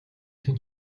хэн